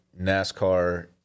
NASCAR